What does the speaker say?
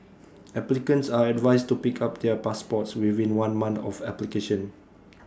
applicants are advised to pick up their passports within one month of application